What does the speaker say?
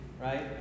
right